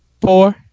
four